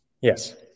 Yes